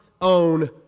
own